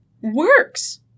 works